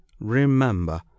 REMEMBER